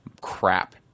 crap